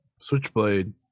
Switchblade